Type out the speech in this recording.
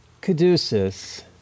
Caduceus